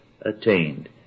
attained